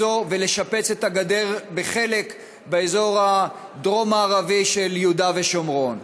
ולשפץ את הגדר בחלק באזור הדרום-מערבי של יהודה ושומרון.